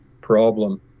problem